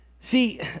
See